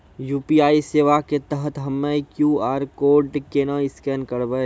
UPI सेवा के तहत हम्मय क्यू.आर कोड केना स्कैन करबै?